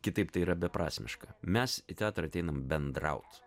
kitaip tai yra beprasmiška mes į teatrą ateinam bendraut